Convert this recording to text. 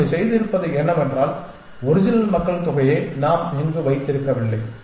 நாம் இங்கு செய்திருப்பது என்னவென்றால் ஒரிஜினல் மக்கள்தொகையை நாம் இங்கு வைத்திருக்கவில்லை